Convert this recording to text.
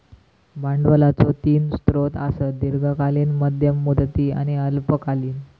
भांडवलाचो तीन स्रोत आसत, दीर्घकालीन, मध्यम मुदती आणि अल्पकालीन